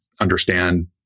understand